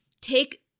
take